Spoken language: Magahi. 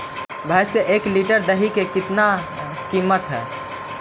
भैंस के एक लीटर दही के कीमत का है?